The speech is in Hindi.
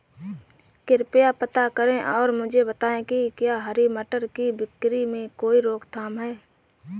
कृपया पता करें और मुझे बताएं कि क्या हरी मटर की बिक्री में कोई रोकथाम है?